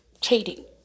trading